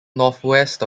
northwest